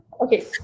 Okay